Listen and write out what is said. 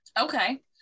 Okay